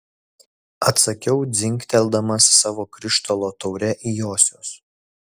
atsakiau dzingteldamas savo krištolo taure į josios